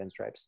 pinstripes